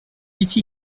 ici